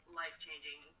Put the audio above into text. life-changing